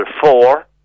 four